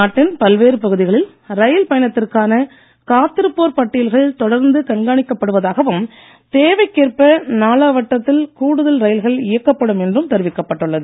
நாட்டின் பல்வேறு பகுதிகளில் ரயில் பயணத்திற்கான காத்திருப்போர் தொடர்ந்து கண்காணிக்கப்படுவதாகவும் தேவைக்கேற்ப நாளாவட்டத்தில் கூடுதல் ரயில்கள் இயக்கப்படும் என்றும் தெரிவிக்கப்பட்டுள்ளது